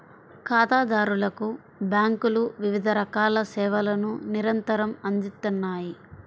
ఖాతాదారులకు బ్యేంకులు వివిధ రకాల సేవలను నిరంతరం అందిత్తన్నాయి